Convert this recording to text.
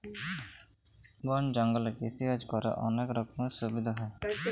বল জঙ্গলে কৃষিকাজ ক্যরে অলক রকমের সুবিধা হ্যয়